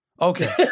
Okay